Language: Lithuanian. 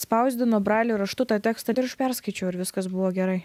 spausdino brailio raštu tą tekstą ir aš perskaičiau ir viskas buvo gerai